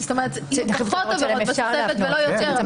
פחות עבירות בתוספת ולא יותר עבירות.